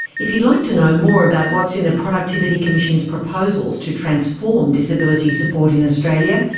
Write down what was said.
if you'd like to know more about what's in the productivity commission's proposals to transform disability support in australia,